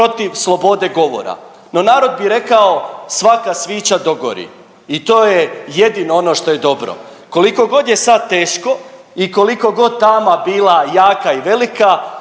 protiv slobode govora. No, narod bi rekao svaka svića dogori i to je jedino ono što je dobro. Koliko god je sad teško i koliko god tama bila jaka i velika